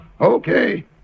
Okay